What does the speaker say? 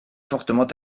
fortement